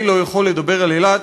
אני לא יכול לדבר על אילת